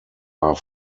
are